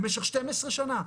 במשך 12 שנה,